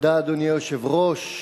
אדוני היושב-ראש,